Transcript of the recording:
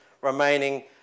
remaining